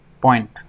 point